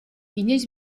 inoiz